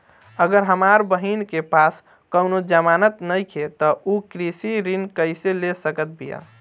अगर हमार बहिन के पास कउनों जमानत नइखें त उ कृषि ऋण कइसे ले सकत बिया?